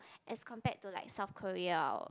as compared to like South-Korea of